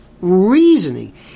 reasoning